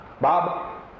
Bob